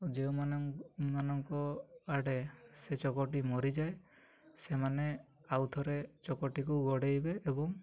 ଯେଉଁମାନଙ୍କ ଆଡ଼େ ସେ ଚକଟି ମରିଯାଏ ସେମାନେ ଆଉ ଥରେ ଚକଟିକୁ ଗଡ଼େଇବେ ଏବଂ